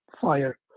fire